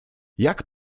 jak